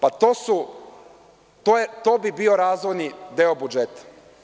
Pa, to bi bio razvojni deo budžeta.